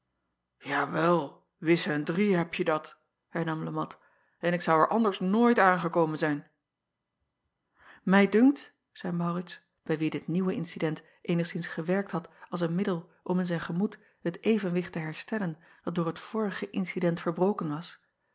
awel wis en drie hebje dat hernam e at en ik zou er anders nooit aan gekomen zijn ij dunkt zeî aurits bij wien dit nieuwe incident eenigszins gewerkt had als een middel om in zijn gemoed het evenwicht te herstellen dat door het vorige incident verbroken was